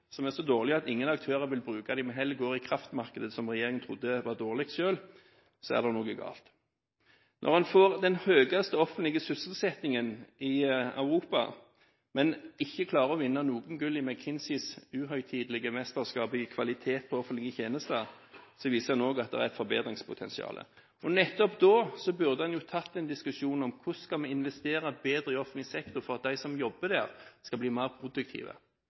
som er så dårlig at ingen aktører vil bruke den, men heller går i kraftmarkedet – som regjeringen trodde var dårlig selv – er det noe galt. Når en får den høyeste offentlige sysselsettingen i Europa, men ikke klarer å vinne noen gull i McKinseys uhøytidelige mesterskap i kvalitet på offentlige tjenester, viser en også at det er et forbedringspotensial. Nettopp da burde en tatt en diskusjon om hvordan vi skal investere bedre i offentlig sektor for at de som jobber der skal bli mer produktive.